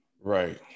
right